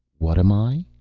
what am i?